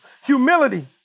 Humility